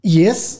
yes